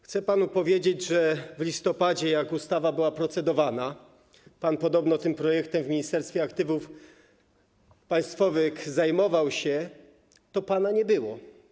Chcę panu powiedzieć, że w listopadzie, jak ustawa była procedowana, a pan podobno tym projektem w Ministerstwie Aktywów Państwowych się zajmował, to pana nie było.